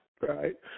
right